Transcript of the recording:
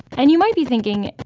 and you might be thinking,